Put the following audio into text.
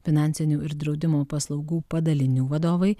finansinių ir draudimo paslaugų padalinių vadovai